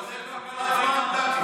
יש להם 40 מנדטים.